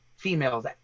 females